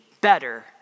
better